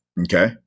okay